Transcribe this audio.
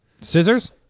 Scissors